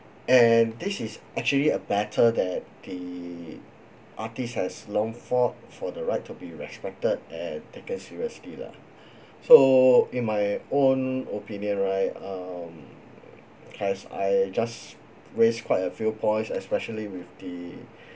and this is actually a battle that the artist has long fought for the right to be respected and taken seriously lah so in my own opinion right um as I just raised quite a few points especially with the